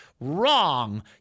Wrong